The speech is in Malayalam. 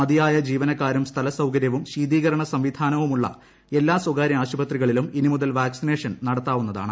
മതിയായ ജീവനക്കാരും സ്ഥലസൌകര്യവും ശീതീകരണ സംവിധാനവുമുള്ള എല്ലാ സ്ഥകാര്യ ആശുപത്രികളിലും വാക്സിനേഷൻ ഇനി മുതൽ നടത്താവുന്നതാണ്